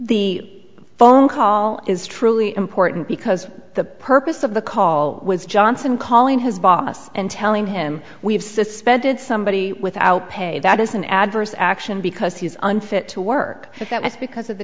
the phone call is truly important because the purpose of the call was johnson calling his boss and telling him we've suspended somebody without pay that is an adverse action because he's unfit to work b